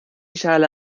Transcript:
schale